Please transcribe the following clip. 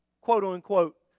quote-unquote